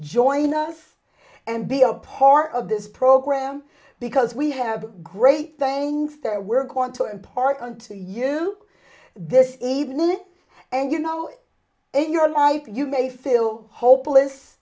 join us and be a part of this program because we have great things that we're going to impart unto you this evening and you know in your life you may fill hopeless